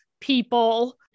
People